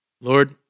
Lord